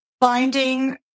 binding